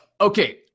Okay